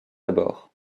abords